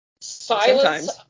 silence